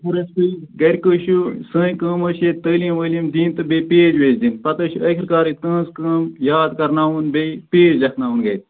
سکوٗلس گَرِ کٔہۍ چھُ سٲنۍ کٲم حظ چھِ تعلیٖم وٲلیٖم دِنۍ تہٕ بیٚیہِ پیٚج ویٚج دِنۍ پَتہٕ حظ چھُ ٲخٕر کار یہِ تُہٕنٛز کٲم یاد کٔرٕناوُن بیٚیہِ پیٚج لیٚکھناوُن گَرِ